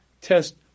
test